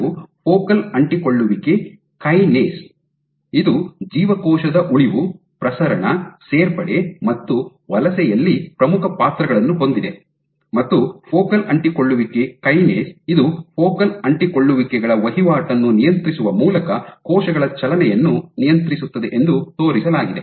ಇದು ಫೋಕಲ್ ಅಂಟಿಕೊಳ್ಳುವಿಕೆ ಕೈನೇಸ್ ಇದು ಜೀವಕೋಶದ ಉಳಿವು ಪ್ರಸರಣ ಸೇರ್ಪಡೆ ಮತ್ತು ವಲಸೆಯಲ್ಲಿ ಪ್ರಮುಖ ಪಾತ್ರಗಳನ್ನು ಹೊಂದಿದೆ ಮತ್ತು ಫೋಕಲ್ ಅಂಟಿಕೊಳ್ಳುವಿಕೆ ಕೈನೇಸ್ ಇದು ಫೋಕಲ್ ಅಂಟಿಕೊಳ್ಳುವಿಕೆಗಳ ವಹಿವಾಟನ್ನು ನಿಯಂತ್ರಿಸುವ ಮೂಲಕ ಕೋಶಗಳ ಚಲನೆಯನ್ನು ನಿಯಂತ್ರಿಸುತ್ತದೆ ಎಂದು ತೋರಿಸಲಾಗಿದೆ